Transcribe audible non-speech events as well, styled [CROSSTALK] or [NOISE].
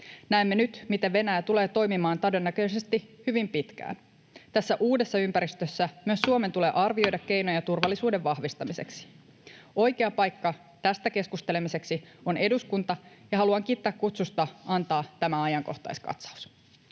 Näemme nyt, miten Venäjä tulee toimimaan todennäköisesti hyvin pitkään. Tässä uudessa ympäristössä myös Suomen tulee arvioida [NOISE] keinoja turvallisuuden vahvistamiseksi. Oikea paikka tästä keskustelemiseksi on eduskunta, ja haluan kiittää kutsusta antaa tämä ajankohtaiskatsaus.